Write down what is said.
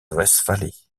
westphalie